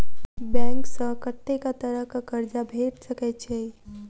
Bank सऽ कत्तेक तरह कऽ कर्जा भेट सकय छई?